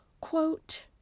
Quote